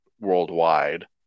worldwide